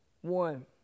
One